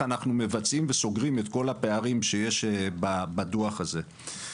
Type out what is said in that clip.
אנחנו מבצעים וסוגרים את כל הפערים שיש בדוח הזה.